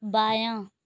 بایاں